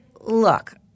look